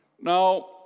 Now